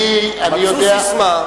מצאו ססמה,